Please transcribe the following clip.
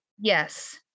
Yes